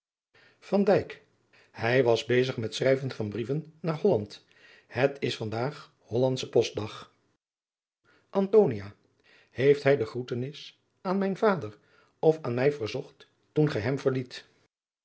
hij was bezig met schrijven van brieven naar holland het is van daag hollandsche postdag antonia heeft hij de groetenis aan mijn vader of aan mij verzocht toen gij hem verliet